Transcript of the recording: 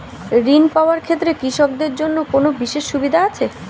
ঋণ পাওয়ার ক্ষেত্রে কৃষকদের জন্য কোনো বিশেষ সুবিধা আছে?